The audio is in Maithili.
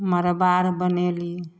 मड़बा आर बनेली